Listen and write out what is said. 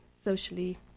socially